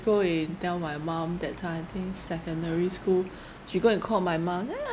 go and tell my mom that time I think secondary school she go and called my mum